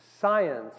science